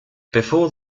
before